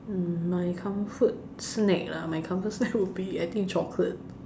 mm my comfort snack lah my comfort snack would be I think chocolate